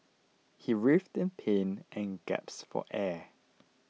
he writhed in pain and gaps for air